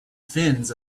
fins